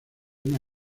una